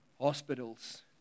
hospitals